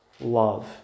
love